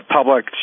public